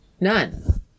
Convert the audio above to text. none